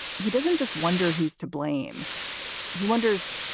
he doesn't just wonder who's to blame he wonders,